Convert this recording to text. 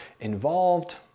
involved